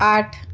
आठ